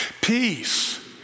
Peace